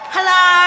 Hello